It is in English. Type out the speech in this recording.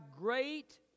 great